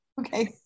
Okay